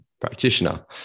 practitioner